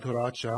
הוראת שעה),